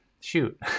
Shoot